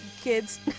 kids